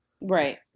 Right